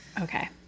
Okay